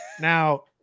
Now